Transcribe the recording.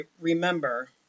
remember